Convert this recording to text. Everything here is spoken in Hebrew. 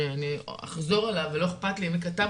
שאני אחזור עליו ולא איכפת לי מי כתב